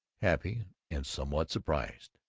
happy and somewhat surprised.